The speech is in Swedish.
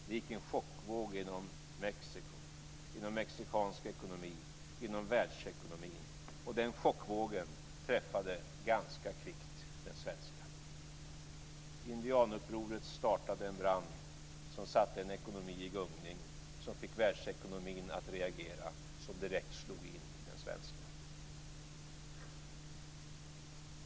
Det gick en chockvåg genom Mexiko, genom mexikansk ekonomi och genom världsekonomin. Och den chockvågen träffande ganska kvickt den svenska ekonomin. Indianupproret startade en brand som satte en ekonomi i gungning, som fick världsekonomin att reagera och som direkt slog in i den svenska ekonomin.